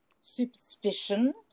superstition